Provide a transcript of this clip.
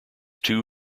two